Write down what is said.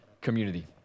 community